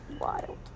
wild